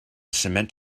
cement